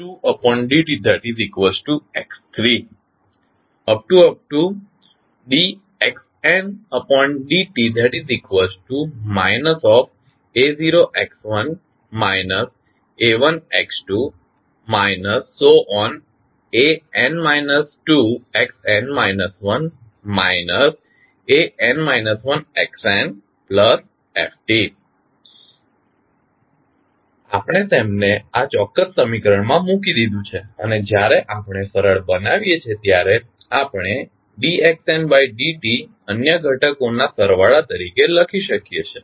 dxndt a0x1t a1x2t an 2xn 1t an 1xntf આપણે તેમને આ ચોક્ક્સ સમીકરણમાં મૂકી દીધું છે અને જ્યારે આપણે સરળ બનાવીએ છીએ ત્યારે આપણે dxndtઅન્ય ઘટકોના સરવાળા તરીકે લખી શકીએ છીએ